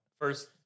first